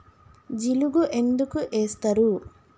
జిలుగు ఎందుకు ఏస్తరు?